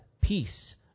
peace